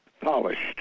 polished